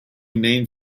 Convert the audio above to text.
named